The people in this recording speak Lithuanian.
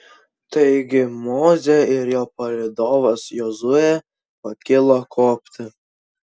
taigi mozė ir jo palydovas jozuė pakilo kopti